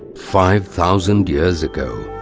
five thousand years ago,